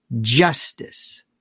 Justice